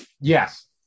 Yes